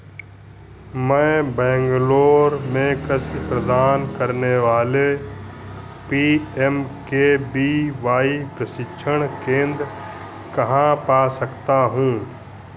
मैं बैंगलोर में कृषि प्रदान करने वाले P M K V Y प्रशिक्षण केंद्र कहाँ पा सकता हूँ